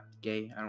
gay